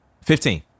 fifteen